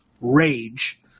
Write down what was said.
rage